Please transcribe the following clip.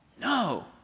No